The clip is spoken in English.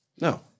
No